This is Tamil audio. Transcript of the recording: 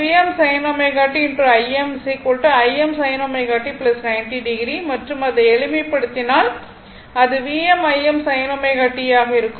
Vm sin ω t Im Im sin ω t 90 o மற்றும் அதை எளிமைப்படுத்தினால் அது Vm Im sin ω t ஆக இருக்கும்